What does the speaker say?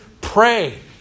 pray